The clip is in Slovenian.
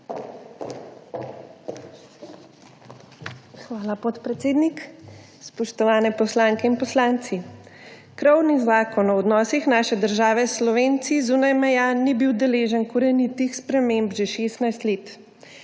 Hvala, podpredsednik. Spoštovane poslanke in poslanci! Krovni zakon o odnosih naše države s Slovenci zunaj meja ni bil deležen korenitih sprememb že 16 let.